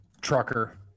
trucker